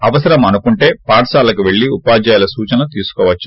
అవసరం అనుకుంటే పాఠశాలలకు వెళ్లి ఉపాధ్యాయుల సూచనలు తీసుకోవచ్చు